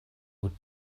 would